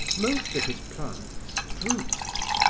most of his plants drooped.